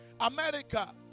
America